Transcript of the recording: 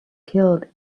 killed